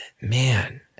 Man